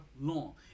long